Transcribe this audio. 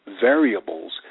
variables